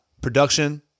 production